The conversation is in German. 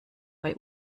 bei